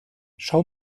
schau